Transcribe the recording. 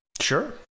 Sure